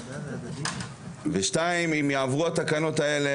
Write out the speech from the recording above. אם התקנות האלה יעברו,